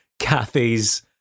kathy's